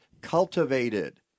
cultivated